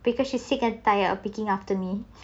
because she's sick and tired of picking after me